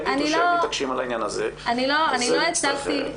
אם הם יגידו שהם מתעקשים על העניין הזה אז נצטרך לדון.